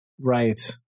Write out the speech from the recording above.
Right